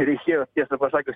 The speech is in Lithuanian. reikėjo tiesą pasakius